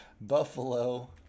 Buffalo